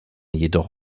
jedoch